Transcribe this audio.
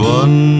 one